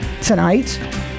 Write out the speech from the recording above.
tonight